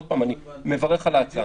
עוד פעם, אני מברך על ההצעה.